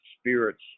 spirits